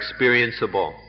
experienceable